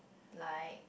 like